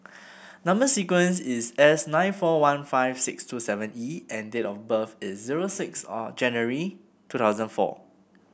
number sequence is S nine four one five six two seven E and date of birth is zero six or January two thousand four